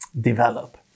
develop